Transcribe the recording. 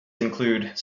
include